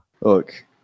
Look